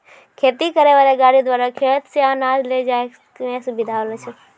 खेती करै वाला गाड़ी द्वारा खेत से अनाज ले जाय मे सुबिधा होलो छै